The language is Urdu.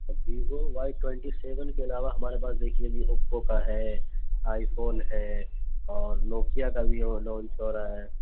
ویوو وائی ٹوینٹی سوین کے علاوہ ہمارے پاس دیکھیے جی اوپو کا ہے آئی فون ہے اور نوکیا ہے کا بھی وہ لانچ ہو رہا ہے